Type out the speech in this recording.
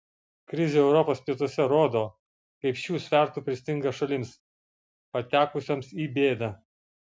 krizė europos pietuose rodo kaip šių svertų pristinga šalims patekusioms į bėdą